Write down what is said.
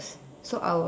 so I will